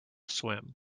swim